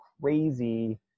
crazy